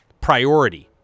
priority